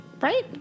right